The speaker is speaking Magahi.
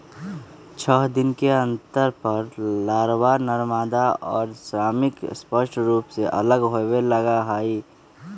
छः दिन के अंतर पर लारवा, नरमादा और श्रमिक स्पष्ट रूप से अलग होवे लगा हई